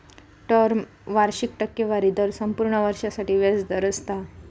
term वार्षिक टक्केवारी दर संपूर्ण वर्षासाठी व्याज दर असता